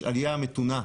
יש עליה מתונה,